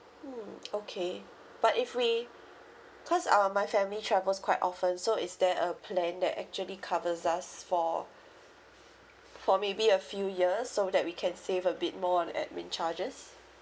mm okay but if we cause um my family travels quite often so is there a plan that actually covers us for for maybe a few years so that we can save a bit more on admin charges